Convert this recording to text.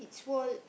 its wall